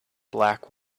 black